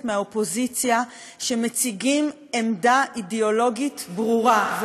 מהאופוזיציה שמציגים עמדה אידיאולוגית ברורה.